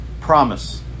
promise